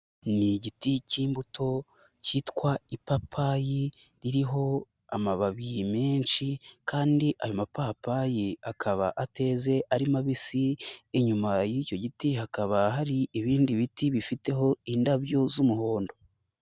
Ni igiti cy'imbuto cyitwa ipapayi, iriho amababi menshi kandi ayo mapapayi akaba ateze ari mabisi, inyuma y'icyo giti hakaba hari ibindi biti, bifiteho indabyo z'umuhondo.